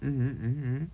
mmhmm mmhmm